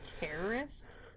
Terrorist